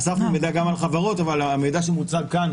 אספנו מידע גם על חברות אבל המידע שמוצג כאן